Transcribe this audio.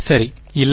சரி இல்லை